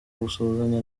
gusuhuzanya